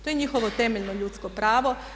To je njihovo temeljno ljudsko pravo.